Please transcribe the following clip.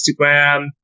Instagram